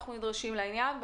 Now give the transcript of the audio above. לעניין.